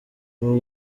ubu